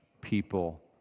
people